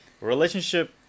relationship